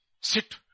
Sit